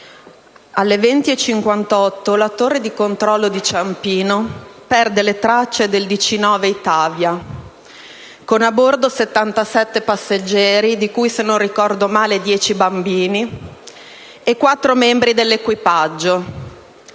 ore 20,58, la torre di controllo di Ciampino perde le tracce del DC9 Itavia, con a bordo 77 passeggeri, di cui - se non ricordo male - dieci bambini e quattro membri dell'equipaggio.